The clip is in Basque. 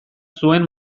zuen